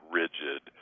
rigid